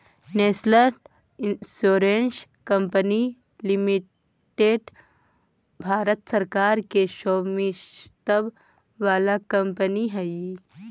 national insurance company limited Bharat सरकार के स्वामित्व वाला कंपनी हई